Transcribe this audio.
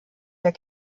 der